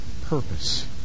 purpose